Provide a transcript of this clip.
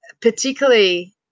particularly